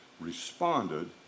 responded